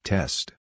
Test